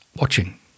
watching